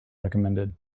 recommended